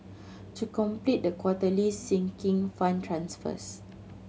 to complete the quarterly Sinking Fund transfers